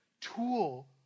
tool